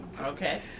Okay